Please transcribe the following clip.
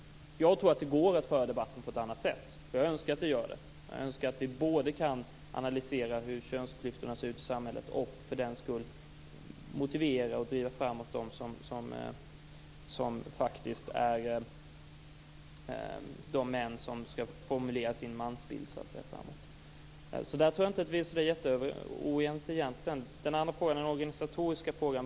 Jag tror att det går att föra debatten på ett annat sätt. Jag önskar att det gör det. Jag önskar att vi både kan analysera hur könsklyftorna ser ut i samhället och motivera och driva fram de män som skall forma sin mansbild. Jag tror egentligen inte att vi är så oense där. Låt mig sedan något kommentera den organisatoriska frågan.